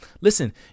listen